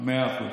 מאה אחוז.